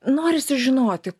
norisi žinoti